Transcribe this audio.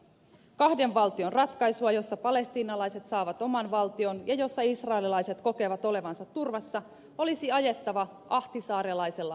kahden valtion ratkaisua jossa palestiinalaiset saavat oman valtion ja jossa israelilaiset kokevat olevansa turvassa olisi ajettava ahtisaarilaisella määrätietoisuudella